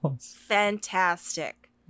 Fantastic